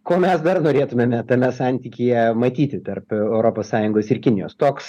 ko mes dar norėtumėme tame santykyje matyti tarp europos sąjungos ir kinijos toks